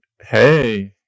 hey